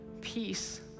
peace